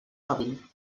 trobin